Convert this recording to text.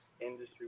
Industry